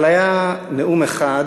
אבל היה נאום אחד